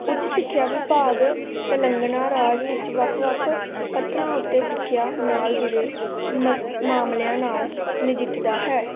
ਉੱਚ ਸਿੱਖਿਆ ਵਿਭਾਗ ਤਲੰਗਾਨਾ ਰਾਜ ਵਿੱਚ ਵੱਖ ਵੱਖ ਪੱਥਰਾਂ ਉੱਤੇ ਸਿੱਖਿਆ ਨਾਲ ਜੁੜੇ ਮਸ ਮਾਮਲਿਆਂ ਨਾਲ ਨਜਿੱਠਦਾ ਹੈ